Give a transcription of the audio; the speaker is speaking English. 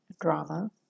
drama